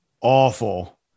Awful